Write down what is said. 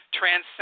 transcend